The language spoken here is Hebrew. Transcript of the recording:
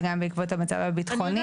וגם בעקבות המצב הביטחוני.